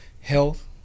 Health